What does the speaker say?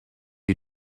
you